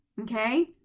Okay